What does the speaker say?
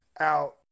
out